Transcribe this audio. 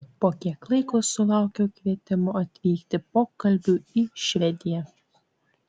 po kiek laiko sulaukiau kvietimo atvykti pokalbiui į švediją